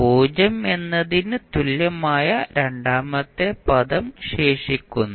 0 എന്നതിന് തുല്യമായ രണ്ടാമത്തെ പദം ശേഷിക്കുന്നു